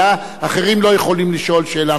אחרים לא יכולים לשאול שאלה נוספת.